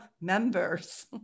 members